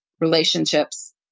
relationships